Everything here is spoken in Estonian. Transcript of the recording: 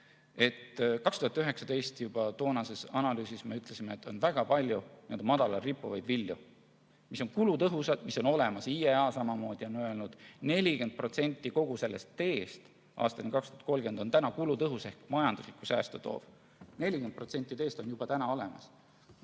2019. aasta analüüsis me ütlesime, et on väga palju madalal rippuvaid vilju, mis on kulutõhusad ja on olemas. IEA samamoodi on öelnud, et 40% kogu sellest teest aastani 2030 on täna kulutõhus ehk majanduslikku säästu toov. 40% teest on juba täna olemas.